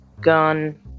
gun